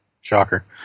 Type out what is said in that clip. shocker